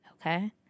okay